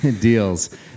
deals